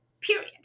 period